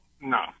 No